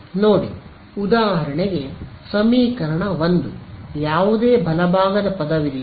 ನೋಡಿ ಉದಾಹರಣೆಗೆ ಸಮೀಕರಣ 1 ಯಾವುದೇ ಬಲಭಾಗದ ಪದವಿದೆಯೇ